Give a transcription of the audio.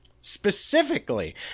Specifically